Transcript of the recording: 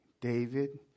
David